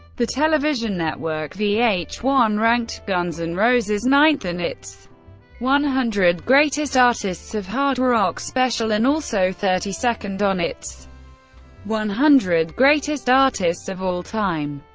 the television network v h one ranked guns n' and roses ninth in its one hundred greatest artists of hard rock special, and also thirty second on its one hundred greatest artists of all time.